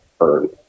earn